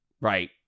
right